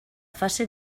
fase